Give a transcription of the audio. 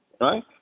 right